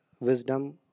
wisdom